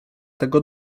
tego